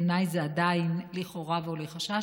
בעיניי זה עדיין "לכאורה" ו"עולה חשש"